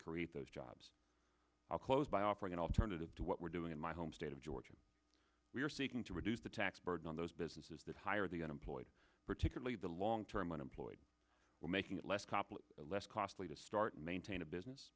create those jobs i'll close by offering an alternative to what we're doing in my home state of georgia we are seeking to reduce the tax burden on those businesses that hire the unemployed particularly the long term unemployed or making it less copple less costly to start maintain a business